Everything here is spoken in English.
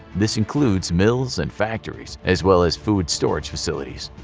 this includes mills and factories, as well as, food storage facilities.